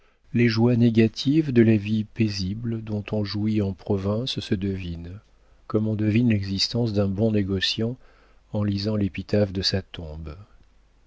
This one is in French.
les joies négatives de la vie paisible dont on jouit en province se devinent comme on devine l'existence d'un bon négociant en lisant l'épitaphe de sa tombe